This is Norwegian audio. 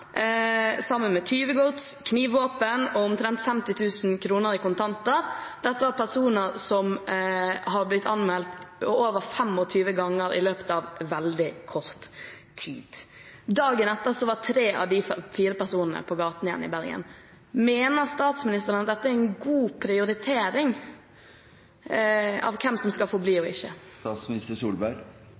sammen med tyvegods, knivvåpen og omtrent 50 000 kr i kontanter. Dette var personer som hadde blitt anmeldt over 25 ganger i løpet av veldig kort tid. Dagen etter var tre av de fire personene på gaten igjen i Bergen. Mener statsministeren at dette er en god prioritering av hvem som skal få bli og ikke?